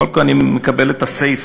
קודם כול אני מקבל את הסיפה